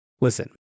Listen